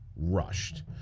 rushed